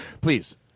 Please